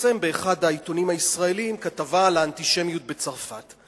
שהתפרסמה באחד העיתונים הישראליים כתבה על האנטישמיות בצרפת,